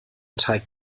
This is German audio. teig